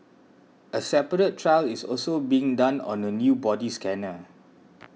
a separate trial is also being done on a new body scanner